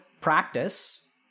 practice